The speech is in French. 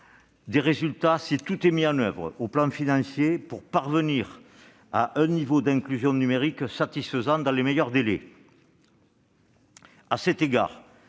des résultats uniquement si tout est mis en oeuvre au plan financier pour parvenir à un niveau d'inclusion numérique satisfaisant dans les meilleurs délais. À cet égard,